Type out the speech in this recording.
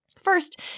First